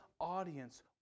audience